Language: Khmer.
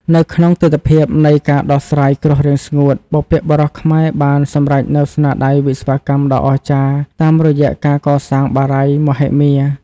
នៅក្នុងទិដ្ឋភាពនៃការដោះស្រាយគ្រោះរាំងស្ងួត បុព្វបុរសខ្មែរបានសម្រេចនូវស្នាដៃវិស្វកម្មដ៏អស្ចារ្យតាមរយៈការកសាងបារាយណ៍មហិមា។